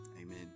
amen